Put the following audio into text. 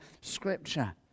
Scripture